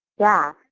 yeah,